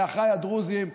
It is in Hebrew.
לאחיי הדרוזים,